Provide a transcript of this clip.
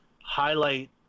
highlight